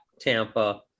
Tampa